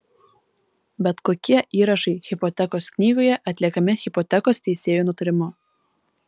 bet kokie įrašai hipotekos knygoje atliekami hipotekos teisėjo nutarimu